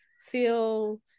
feel